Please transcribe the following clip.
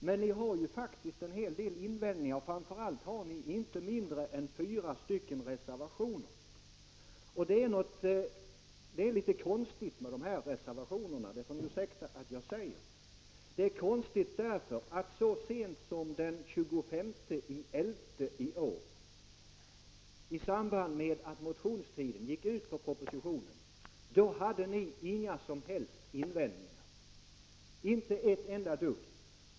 Men ni har faktiskt en hel del invändningar. Framför allt har ni inte mindre än fyra reservationer. Och det är litet konstigt med dem —- det får ni ursäkta att jag säger. Så sent som den 25 november i år, när tiden för motioners väckande med anledning av propositionen gick ut, hade ni nämligen inga som helst invändningar — inte en enda.